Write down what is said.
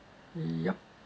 mm yup